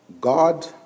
God